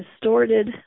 distorted